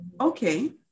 Okay